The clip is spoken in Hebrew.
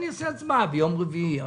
אני אקיים הצבעה ביום רביעי.